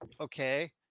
okay